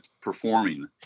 performing